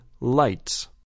lights